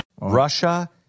Russia